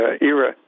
era